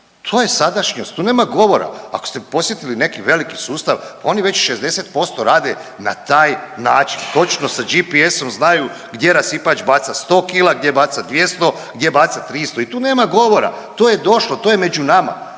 to je sadašnjost, tu nema govora, ako ste posjetili neki veliki sustav, oni već 60% rade na taj način, točno sa GPS-om znaju gdje rasipač baca 100 kila, gdje baca 200, gdje baca 300 i tu nema govora, to je došlo, to je među nama.